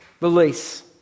release